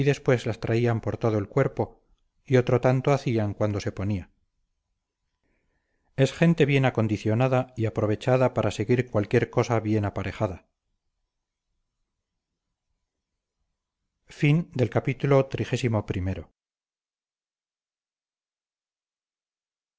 después las traían por todo el cuerpo y otro tanto hacían cuando se ponía es gente bien acondicionada y aprovechada para seguir cualquier cosa bien aparejada en